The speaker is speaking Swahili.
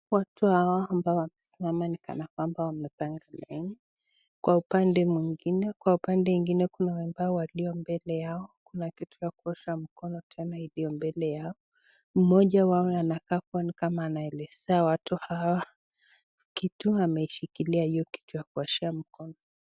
Watu hawa ambao wamesimama ni kana kwamba wamepanga laini kwa upande mwingine, kwa upande ingine kuna ambao walio mbele yao kuna kitu ya kuosha mkono tena iliyo mbele yao , mmoja wao anakaa kuwa ni kama anaelezea watu hawa kitu ameshikilia hiyo kitu ya kuoshea mkono.